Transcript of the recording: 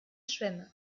schwämme